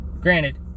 Granted